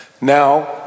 Now